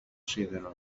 σίδερο